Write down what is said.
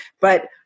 But-